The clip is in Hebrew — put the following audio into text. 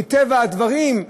מטבע הדברים,